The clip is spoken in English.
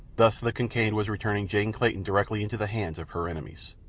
thus the kincaid was returning jane clayton directly into the hands of her enemies.